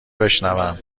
بشنوم